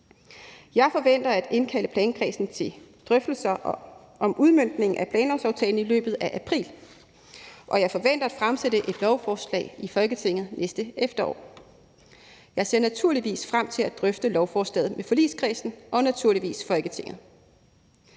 Jeg forventer at indkalde plankredsen til drøftelser om udmøntning af planlovsaftalen i løbet af april, og jeg forventer at fremsætte et lovforslag i Folketinget næste efterår. Jeg ser naturligvis frem til at drøfte lovforslaget med forligskredsen og naturligvis med Folketinget.